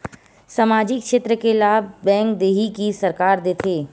सामाजिक क्षेत्र के लाभ बैंक देही कि सरकार देथे?